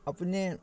अपने